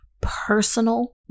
personal